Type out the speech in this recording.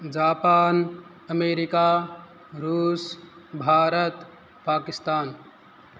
Japan America रूस् भारत् पाकिस्तान्